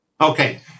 Okay